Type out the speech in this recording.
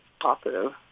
positive